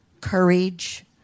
courage